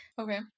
okay